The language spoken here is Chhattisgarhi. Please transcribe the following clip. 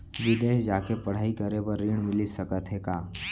बिदेस जाके पढ़ई करे बर ऋण मिलिस सकत हे का?